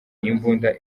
imbunda